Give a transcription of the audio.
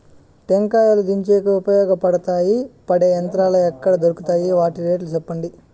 టెంకాయలు దించేకి ఉపయోగపడతాయి పడే యంత్రాలు ఎక్కడ దొరుకుతాయి? వాటి రేట్లు చెప్పండి?